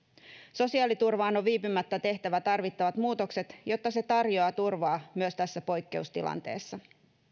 sosiaaliturvaan on viipymättä tehtävä tarvittavat muutokset jotta se tarjoaa turvaa myös tässä poikkeustilanteessa